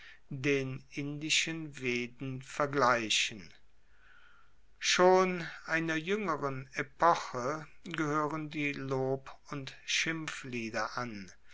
den indischen veden vergleichen schon einer juengeren epoche gehoeren die lob und schimpflieder an